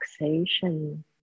relaxation